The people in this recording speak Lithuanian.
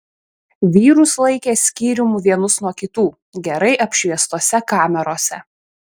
vyrus laikė skyrium vienus nuo kitų gerai apšviestose kamerose